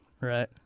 Right